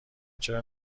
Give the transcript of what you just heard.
چرا